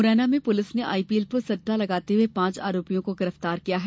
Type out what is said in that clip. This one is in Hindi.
मुरैना में पुलिस ने आईपीएल पर सट्टा लगाते हुए पांच आरोपियों को गिरफ्तार किया है